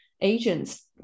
agents